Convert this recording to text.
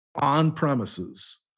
on-premises